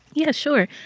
yeah, sure.